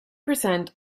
percent